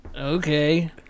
Okay